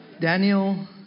Daniel